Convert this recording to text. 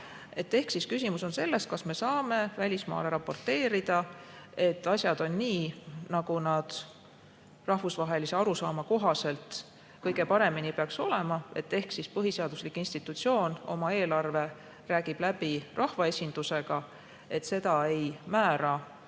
Küsimus on selles, kas me saame välismaale raporteerida, et asjad on nii, nagu nad rahvusvahelise arusaama kohaselt kõige paremini peaks olema, ehk et põhiseaduslik institutsioon oma eelarve räägib läbi rahvaesindusega, seda ei määra